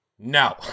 No